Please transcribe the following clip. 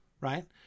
right